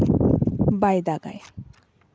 ᱵᱟᱭ ᱫᱟᱜᱟᱭ